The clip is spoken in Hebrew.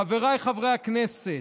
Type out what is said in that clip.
חבריי חברי הכנסת,